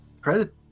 credit